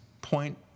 point